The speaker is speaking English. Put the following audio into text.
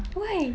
why